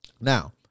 Now